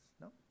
No